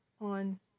on